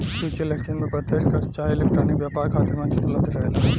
future exchange में प्रत्यकछ चाहे इलेक्ट्रॉनिक व्यापार खातिर मंच उपलब्ध रहेला